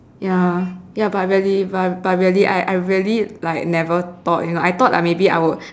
ya ya but really but but really I I really like never thought you know I thought like maybe I would